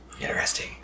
Interesting